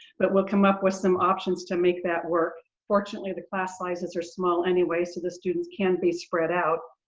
but we'll come up with some options to make that work. fortunately the class sizes are small anyway, so the students can be spread out.